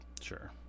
Sure